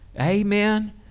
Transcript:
Amen